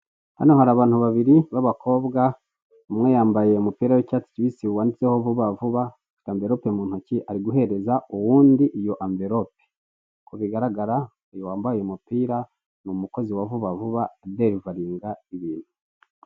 Hano hari abantu babiri b'abakobwa umwe yambaye umupira w'icyatsi kibisi wanditseho vuba vuba, afite anverope mu ntoki ari guhereza uwundi iyo anverope. Uko bigaragara uwambaye umupira ni umukozi wa vuba vuba uderivaringa ibintu.